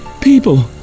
people